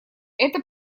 это